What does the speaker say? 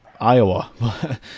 Iowa